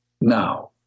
now